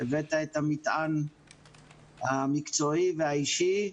הבאת את המטען המקצועי והאישי,